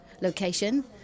location